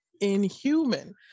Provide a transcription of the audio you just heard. Inhuman